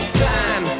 plan